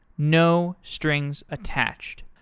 no strings attached.